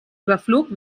überflog